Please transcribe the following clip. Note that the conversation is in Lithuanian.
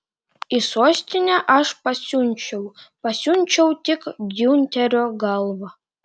į sostinę aš pasiunčiau pasiunčiau tik giunterio galvą